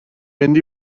mynd